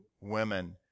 women